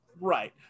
Right